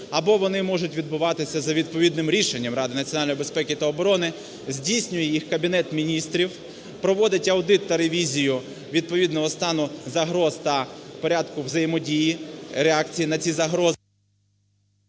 або вони можуть відбуватися за відповідним рішенням Ради національної безпеки та оборони. Здійснює їх Кабінет Міністрів, проводить аудит та ревізію відповідного стану загроз та порядку взаємодії реакції на ці загрози…